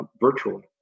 virtually